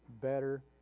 better